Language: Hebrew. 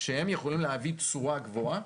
שהם יכולים להביא תשואה גבוהה,